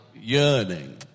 yearning